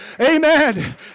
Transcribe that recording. amen